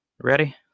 Ready